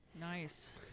Nice